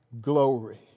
glory